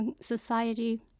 society